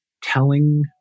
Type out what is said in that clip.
telling